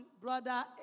Brother